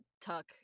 Tuck